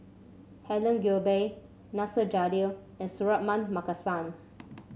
Helen Gilbey Nasir Jalil and Suratman Markasan